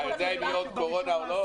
אתה יודע אם תהיה עוד קורונה או לא?